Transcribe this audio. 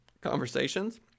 conversations